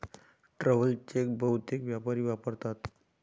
travel cheque बहुतेक व्यापारी वापरतात